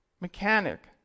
mechanic